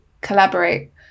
collaborate